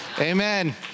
Amen